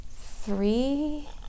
three